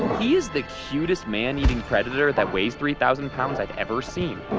he is the cutest man-eating predator that weighs three thousand pounds i've ever seen.